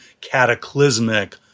cataclysmic